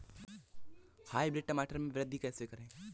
Hybrid टमाटर में वृद्धि कैसे करें?